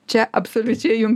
čia absoliučiai jum